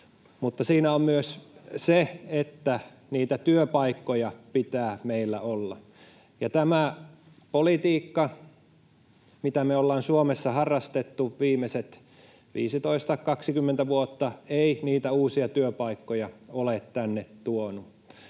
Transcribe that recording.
Mutta siinä on myös se, että niitä työpaikkoja pitää meillä olla, ja tämä politiikka, mitä me ollaan Suomessa harrastettu viimeiset 15—20 vuotta, ei niitä uusia työpaikkoja ole tänne tuonut.